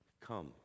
Come